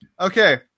Okay